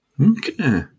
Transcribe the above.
Okay